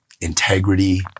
integrity